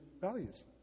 values